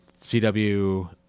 CW